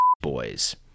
boys